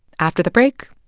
after the break,